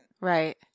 Right